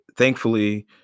Thankfully